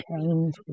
change